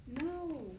No